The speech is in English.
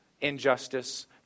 injustice